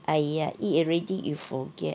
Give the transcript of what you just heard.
!aiya! eat already you forget